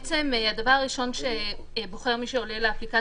ועכשיו, לגבי המספר